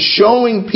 showing